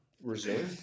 Resume